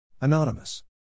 Anonymous